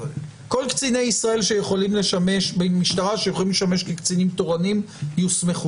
כל קציני ישראל במשטרה שיכולים שמש קצינים תורנים יוסמכו.